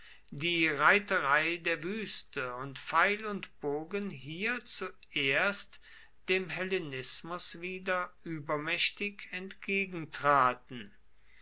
die reiterei der wüste und pfeil und bogen hier zuerst dem hellenismus wieder übermächtig entgegentraten